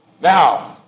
Now